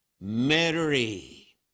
Mary